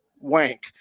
Wank